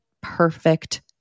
perfect